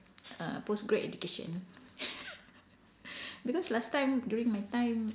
uh post grad education because last time during my time